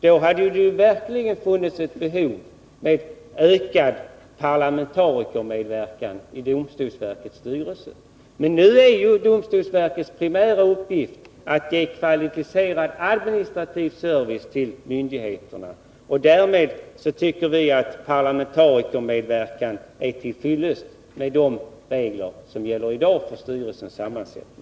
Då hade det verkligen funnits ett behov av ökad parlamentarikermedverkan i domstolsverkets styrelse. Men nu är domstolsverkets primära uppgift att ge kvalificerad administrativ service åt myndigheterna. Därmed tycker vi att parlamentarikermedverkan är till fyllest med de regler som gäller i dag för styrelsens sammansättning.